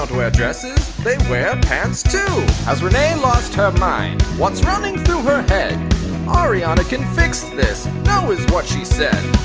ah wear dresses, they wear pants too has renee lost her mind what's running through her head ariana can fix this, that was what she said